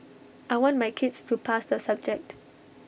I want my kids to pass the subject